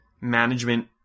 management